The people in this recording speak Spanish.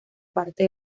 parte